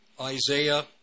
Isaiah